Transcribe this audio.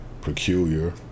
peculiar